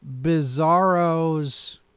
Bizarro's